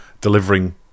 delivering